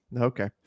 Okay